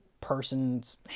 person's